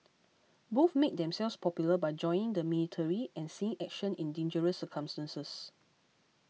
both made themselves popular by joining the military and seeing action in dangerous circumstances